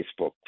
Facebook